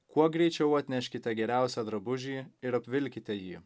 kuo greičiau atneškite geriausią drabužį ir apvilkite jį